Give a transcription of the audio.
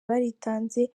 baritanze